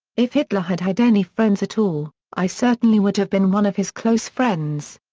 if hitler had had any friends at all, i certainly would have been one of his close friends.